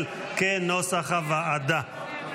כנוסח הוועדה, התקבל.